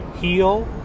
heal